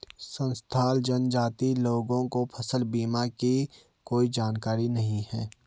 संथाल जनजाति के लोगों को फसल बीमा की कोई जानकारी नहीं है